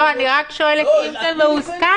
אני רק שואלת אם זה מוזכר.